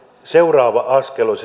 seuraava askellus